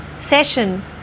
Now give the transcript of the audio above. session